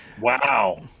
Wow